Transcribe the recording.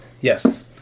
Yes